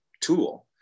tool